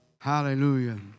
Hallelujah